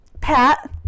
Pat